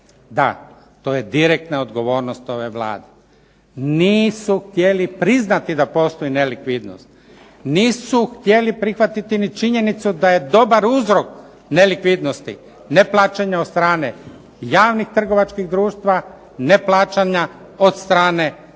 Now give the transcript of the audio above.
Da, to je direktna odgovornost ove Vlade. Nisu htjeli priznati da postoji nelikvidnost. Nisu htjeli prihvatiti ni činjenicu da je dobar uzrok nelikvidnosti neplaćanja od strane javnih trgovačkih društava, neplaćanja od strane državnog